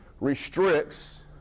restricts